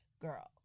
Girl